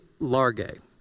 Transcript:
Largay